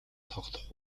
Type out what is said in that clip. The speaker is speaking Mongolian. тоглох